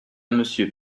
monsieur